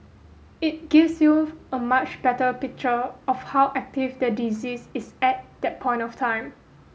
it gives you a much better picture of how active the disease is at that point of time